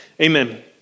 Amen